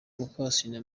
mukasine